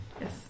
Yes